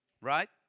right